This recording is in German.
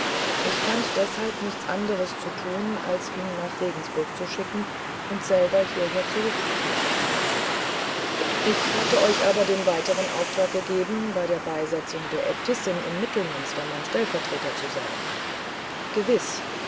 ich fand deshalb nichts anderes zu tun als ihn nach regensburg zu schicken und selber hierher zurückzukehren ich hatte euch aber den weiteren auftrag gegeben bei der beisetzung der äbtissin im mittelmünster mein stellvertreter zu sein gewiß